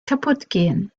kaputtgehen